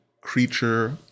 Creature